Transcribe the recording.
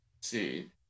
See